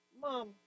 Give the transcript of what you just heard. Mom